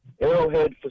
Arrowhead